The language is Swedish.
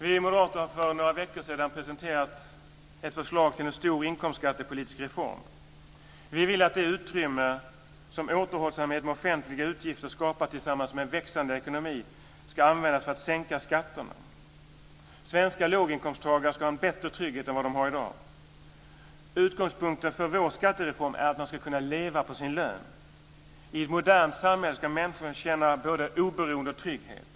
Vi moderater presenterade för några veckor sedan ett förslag till en stor inkomstskattepolitisk reform. Vi vill att det utrymme som återhållsamhet med offentliga utgifter skapar tillsammans med en växande ekonomi ska användas för att sänka skatterna. Svenska låginkomsttagare ska ha en bättre trygghet än vad de har i dag. Utgångspunkten för vår skattereform är att man ska kunna leva på sin lön. I ett modernt samhälle ska människor känna både oberoende och trygghet.